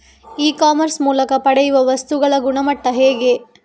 E commerce ಮೂಲಕ ಪಡೆಯುವ ವಸ್ತುಗಳ ಗುಣಮಟ್ಟ ಹೇಗೆ?